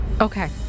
Okay